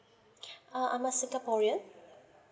uh I'm a singaporean